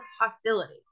hostility